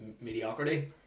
mediocrity